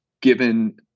Given